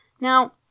Now